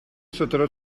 сотору